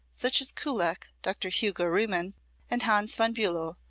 such as kullak, dr. hugo riemann and hans von bulow,